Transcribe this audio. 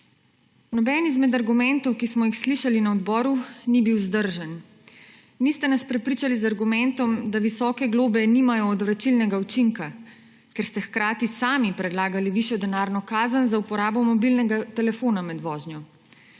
Noben izmed argumentov, ki smo jih slišali na odboru, ni bil vzdržen. Niste nas prepričali z argumentom, da visoke globe nimajo odvračilnega učinka, ker ste hkrati sami predlagali višjo denarno kazen za uporabo mobilnega telefona med vožnjo.